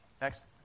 Next